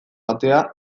atea